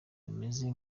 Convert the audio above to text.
bimeze